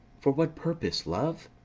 for what purpose, love?